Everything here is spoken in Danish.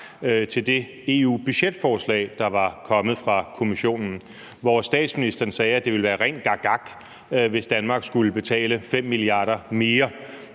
til det EU-budgetforslag, der var kommet fra Kommissionens side, hvor statsministeren sagde, at det ville være ren gakgak, hvis Danmark skulle betale 5 mia. kr. mere,